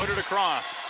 across.